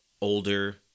older